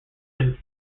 been